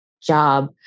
job